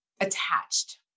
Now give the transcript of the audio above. attached